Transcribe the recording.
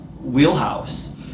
wheelhouse